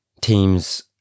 teams